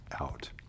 out